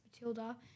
Matilda